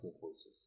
voices